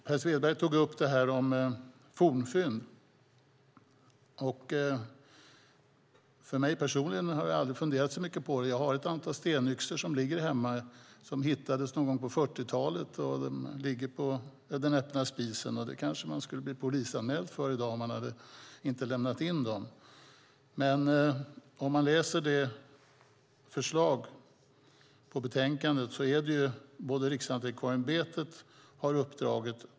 Per Svedberg tog upp frågan om fornfynd. Jag har aldrig funderat så mycket på frågan. Jag har ett antal stenyxor som ligger hemma. De hittades någon gång på 40-talet, och de ligger på den öppna spisen. I dag hade man kanske blivit polisanmäld om man inte hade lämnat in dem. Av förslaget i betänkandet framgår att Riksantikvarieämbetet har ett uppdrag.